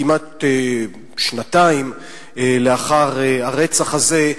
כמעט שנתיים לאחר הרצח הזה,